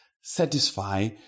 satisfy